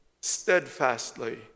steadfastly